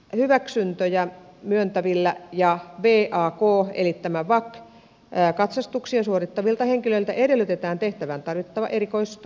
vak hyväksyntöjä myöntäviltä ja vak katsastuksia suorittavilta henkilöiltä edellytetään tehtävään tarvittavaa erikoiskoulutusta